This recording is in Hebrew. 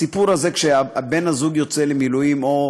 הסיפור הזה, כשבן-הזוג יוצא למילואים או